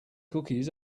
cookies